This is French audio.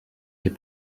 est